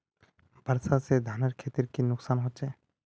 वर्षा से धानेर खेतीर की नुकसान होचे?